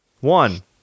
One